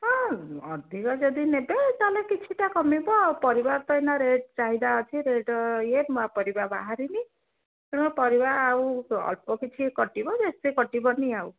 ହଁ ଅଧିକ ଯଦି ନେବେ ତାହେଲେ କିଛିଟା କମିବ ପରିବା ତ ଏଇନା ରେଟ୍ ଚାହିଦା ଅଛି ରେଟ୍ ଇଏ ନୂଆ ପରିବା ବାହାରିନି ତେଣୁ ପରିବା ଆଉ ଅଳ୍ପ କିଛି କଟିବ ବେଶୀ କଟିବନି ଆଉ